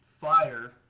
fire